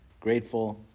grateful